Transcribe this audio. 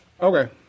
Okay